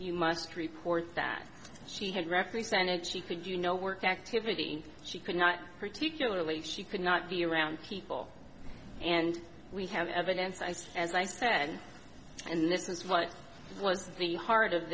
you must report that she had represented she could you know work activity she could not particularly if she could not be around people and we have evidence i said as i said and this is what was the heart of